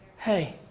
hey.